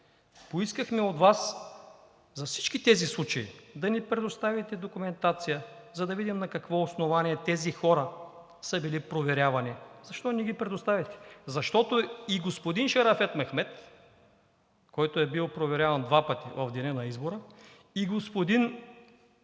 поискахме от Вас за всички тези случаи да ни предоставите документация, за да видим на какво основание тези хора са били проверявани. Защо не ни ги предоставяте? Защото и господин Шерафет Мехмед, който е бил проверяван два пъти в деня на избора, и господин